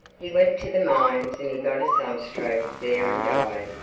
he went to the mines, and he got a sunstroke there and died,